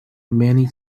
many